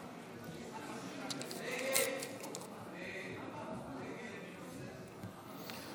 97 לא נתקבלה.